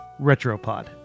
Retropod